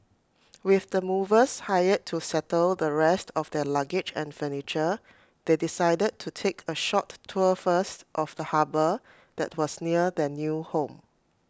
with the movers hired to settle the rest of their luggage and furniture they decided to take A short tour first of the harbour that was near their new home